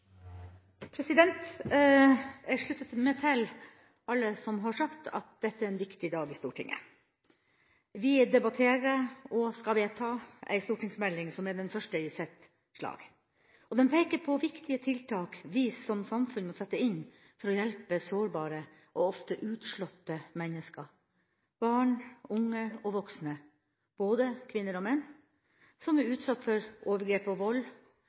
den første i sitt slag. Den peker på viktige tiltak vi som samfunn må sette inn for å hjelpe sårbare og ofte utslåtte mennesker – barn, unge og voksne, både kvinner og menn – som er utsatt for overgrep og vold,